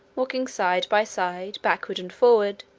walking side by side, backward and forward,